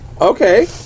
Okay